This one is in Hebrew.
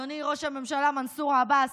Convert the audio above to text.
אדוני ראש הממשלה מנסור עבאס,